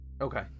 Okay